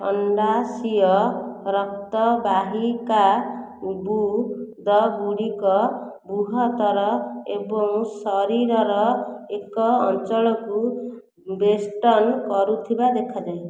ଖଣ୍ଡାଂଶୀୟ ରକ୍ତବାହିକାର୍ବୁଦଗୁଡ଼ିକ ବୃହତ୍ତର ଏବଂ ଶରୀରର ଏକ ଅଞ୍ଚଳକୁ ବେଷ୍ଟନ କରୁଥିବା ଦେଖାଯାଏ